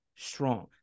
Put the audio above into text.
strong